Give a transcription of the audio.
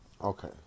Okay